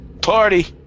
Party